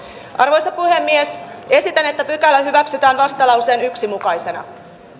arvoisa puhemies esitän että pykälä hyväksytään vastalauseen yhtenä mukaisena